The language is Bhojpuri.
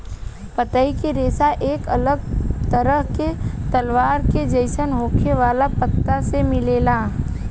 पतई के रेशा एक अलग तरह के तलवार के जइसन होखे वाला पत्ता से मिलेला